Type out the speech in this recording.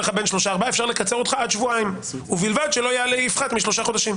אפשר לקצר לך עד שבועיים ובלבד שלא יעלה יפחת משלושה חודשים.